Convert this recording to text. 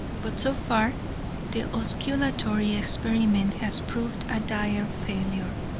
but so far the osculatory experiment has proved a dire failure.